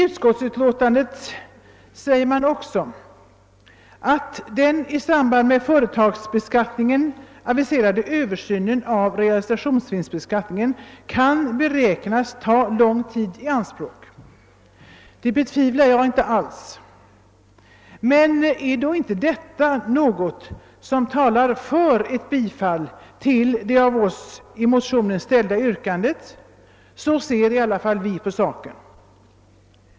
Utskottet framhåller också i sitt betänkande att den i samband med företagsbeskattningen aviserade översynen av realisationsvinstbeskattningen kan beräknas ta lång tid i anspråk. Det betvivlar jag inte alls. Men talar då inte detta för ett bifall till det av oss i motionerna ställda yrkandet? Så ser i varje fall vi på saken.